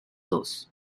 dos